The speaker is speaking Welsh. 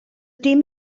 dim